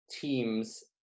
teams